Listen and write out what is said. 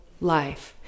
life